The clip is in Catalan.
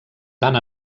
tant